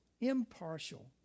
impartial